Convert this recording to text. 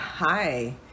Hi